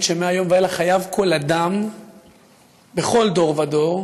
שמהיום ואילך חייב כל אדם בכל דור ודור